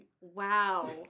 wow